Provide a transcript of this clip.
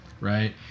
right